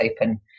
open